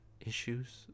issues